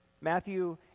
Matthew